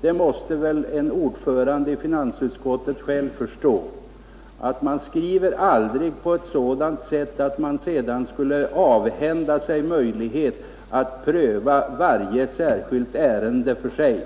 Det måste väl en ordförande i finansutskottet själv förstå, att man aldrig skriver på ett sådant sätt att man avhänder sig möjligheten att pröva varje särskilt ärende för sig.